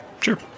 Sure